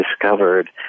discovered